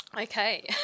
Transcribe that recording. okay